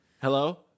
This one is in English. Hello